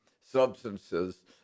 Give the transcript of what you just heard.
substances